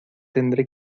tendré